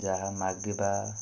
ଯାହା ମାଗିବା